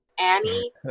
Annie